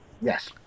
Yes